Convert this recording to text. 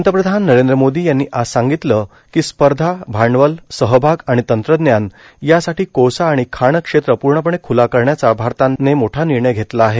पंतप्रधान नरेंद्र मोदी यांनी आज सांगितलं की स्पर्धा भांडवल सहभाग आणि तंत्रज्ञान यासाठी कोळसा आणि खाण क्षेत्र पूर्णपणे खुला करण्याचा भारताने मोठा निर्णय घेतला आहे